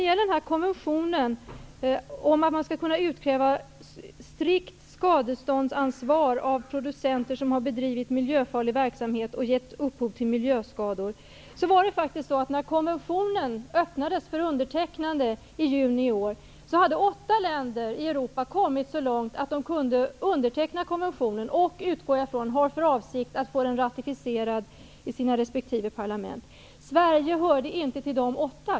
När konventionen om att man skall kunna utkräva strikt skadeståndsansvar av producenter som har bedrivit miljöfarlig verksamhet och givit upphov till miljöskador öppnades för undertecknande i juni i år, hade åtta länder i Europa kommit så långt att de kunde underteckna den. Jag utgår ifrån att de har för avsikt att få den ratificerad i sina respektive parlament. Sverige hörde inte till de åtta.